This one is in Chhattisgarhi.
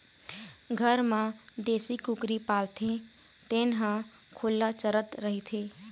घर म देशी कुकरी पालथे तेन ह खुल्ला चरत रहिथे